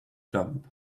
jump